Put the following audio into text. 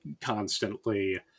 constantly